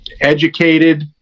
educated